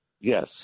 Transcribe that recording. Yes